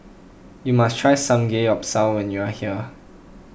you must try Samgeyopsal when you are here